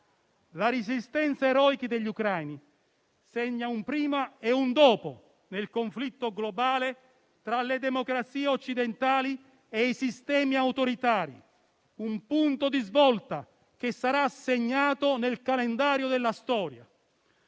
La resistenza eroica degli ucraini segna un prima e un dopo nel conflitto globale tra le democrazie occidentali e i sistemi autoritari, un punto di svolta che sarà segnato nel calendario della storia.